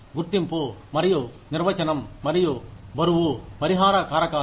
గుర్తింపు మరియు నిర్వచనం మరియు బరువు పరిహార కారకాలు